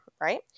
right